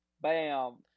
Bam